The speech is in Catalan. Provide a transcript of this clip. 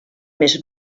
més